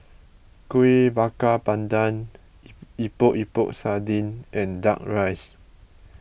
Kueh Bakar Pandan Epok Epok Sardin and Duck Rice